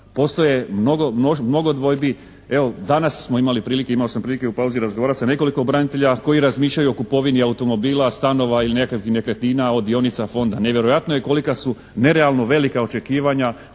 Postoje mnogo dvojbi, evo danas smo imali prilike, imao sam prilike u pauzi razgovarati sa nekoliko branitelja koji razmišljaju o kupovini automobila, stanova ili nekakvih nekretnina od dionica Fonda. Nevjerojatno je kolika su nerealno velika očekivanja